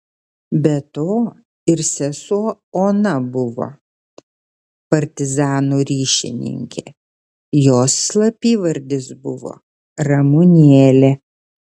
be to ir sesuo ona buvo partizanų ryšininkė jos slapyvardis buvo ramunėlė